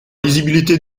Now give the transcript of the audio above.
lisibilité